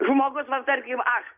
žmogus va tarkim aš